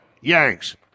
Yanks